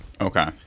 okay